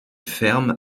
ferme